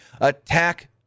attack